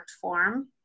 form